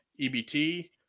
EBT